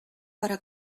para